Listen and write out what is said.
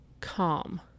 calm